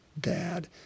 dad